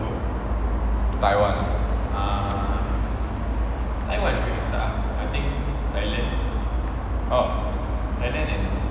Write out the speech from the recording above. taiwan ah